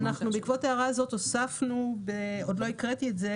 בעקבות ההערה הזאת הוספנו עוד לא הקראתי את זה